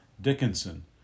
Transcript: Dickinson